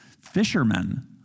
fishermen